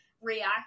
react